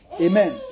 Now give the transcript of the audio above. Amen